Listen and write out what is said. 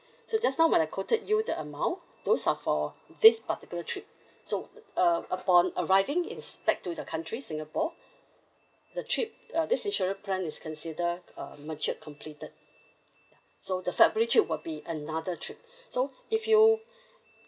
so just now when I quoted you the amount those are for this particular trip so um upon arriving it's back to the country singapore the trip uh this insurance plan is consider uh matured completed so the february trip will be another trip so if you